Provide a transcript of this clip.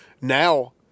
now